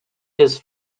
his